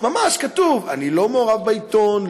ממש כתוב: אני לא מעורב בעיתון,